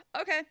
Okay